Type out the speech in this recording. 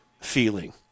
feeling